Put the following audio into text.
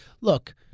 look